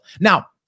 Now